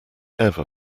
ever